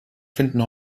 finden